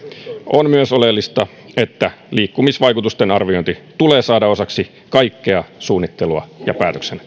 on myös oleellista että liikkumisvaikutusten arviointi tulee saada osaksi kaikkea suunnittelua ja